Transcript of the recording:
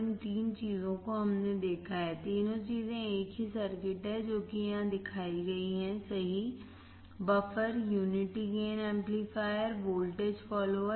इन तीन चीजों को हमने देखा है तीनों चीजें एक ही सर्किट हैं जो कि यहां दिखाई गई हैं सही buffer unity gain amplifier voltage follower